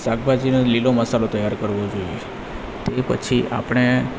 શાકભાજીનો લીલો મસાલો તૈયાર કરવો જોઈએ તે પછી આપણે